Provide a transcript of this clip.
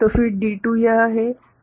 तो फिर D2 यह है